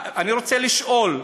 אני רוצה לשאול,